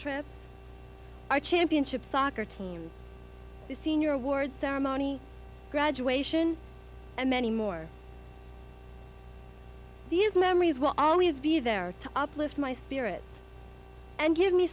our championship soccer teams the senior awards ceremony graduation and many more these memories will always be there to uplift my spirits and give me